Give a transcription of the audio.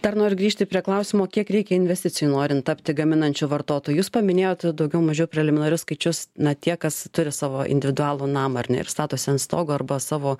dar noriu grįžti prie klausimo kiek reikia investicijų norint tapti gaminančiu vartotoju jūs paminėjot daugiau mažiau preliminarius skaičius na tie kas turi savo individualų namą ar ne ir statosi ant stogo arba savo